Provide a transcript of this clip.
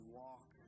walk